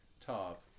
top